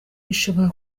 ishobora